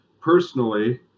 Personally